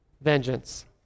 vengeance